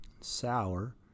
sour